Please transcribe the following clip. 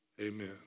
Amen